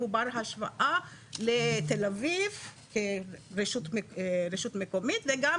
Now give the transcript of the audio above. הוא בר השוואה לתל אביב כרשות מקומית וגם